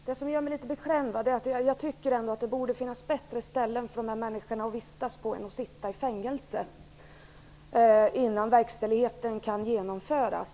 Herr talman! Detta gör mig litet beklämd. Jag tycker att det borde finnas bättre ställen än ett fängelse för dessa människor att vistas på innan verkställigheten kan genomföras.